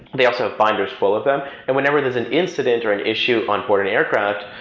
they also find there's full of them. and whenever there's an incident or an issue on boarding aircraft,